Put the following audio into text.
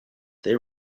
they